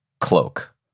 cloak